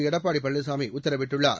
எடப்பாடி பழனிசாமி உத்தரவிட்டுள்ளார்